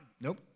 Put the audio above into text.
Nope